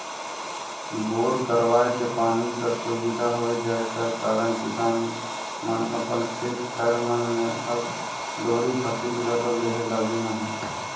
bore करवाए के पानी कर सुबिधा होए जाए कर कारन किसान मन अपन खेत खाएर मन मे अब दोहरी फसिल घलो लेहे लगिन अहे